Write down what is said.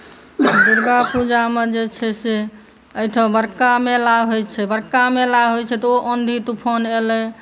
दुर्गा पूजामे जे छै से एहिठाम बड़का मेला होइ छै तऽ बड़का मेला होइ छै तऽ ओ आँधी तुफान अयलै